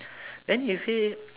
then you say